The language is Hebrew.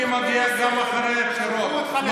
תפסיק לבלבל את השכל.